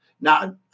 Now